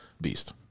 Beast